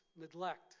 neglect